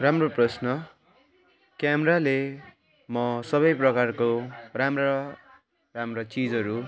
राम्रो प्रश्न क्यामेराले म सबै प्रकारको राम्रा राम्रा चिजहरू